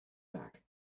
back